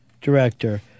director